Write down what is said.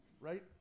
right